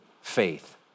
faith